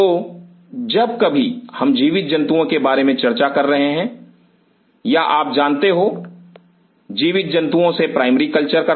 तो जब कभी हम जीवित जंतुओं के बारे में चर्चा कर रहे हैं या आप जानते हो जीवित जंतुओं से प्राइमरी कल्चर करना